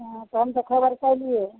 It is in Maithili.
हाँ तऽ हम तऽ खबर कयलियै